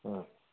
हं